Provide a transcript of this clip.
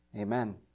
Amen